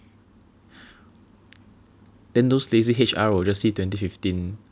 then those lazy H_R will just see twenty fifteen